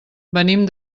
venim